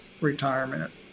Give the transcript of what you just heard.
retirement